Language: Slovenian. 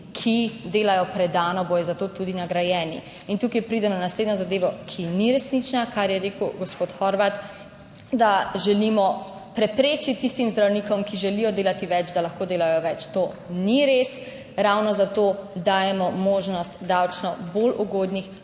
ki delajo predano, bodo za to tudi nagrajeni. In tukaj pride na naslednjo zadevo, ki ni resnična, kar je rekel gospod Horvat, da želimo preprečiti tistim zdravnikom, ki želijo delati več, da lahko delajo več. To ni res. 22. TRAK: (VP) 10.55 (nadaljevanje) Ravno zato dajemo možnost davčno bolj ugodnih